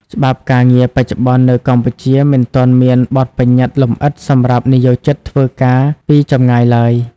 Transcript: ច្បាប់ការងារបច្ចុប្បន្ននៅកម្ពុជា មិនទាន់មានបទប្បញ្ញត្តិលម្អិតសម្រាប់និយោជិតធ្វើការពីចម្ងាយឡើយ។